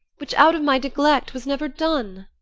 which, out of my neglect, was never done.